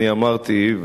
אני אמרתי,